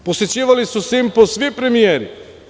Posećivali su „Simpo“ svi premijeri.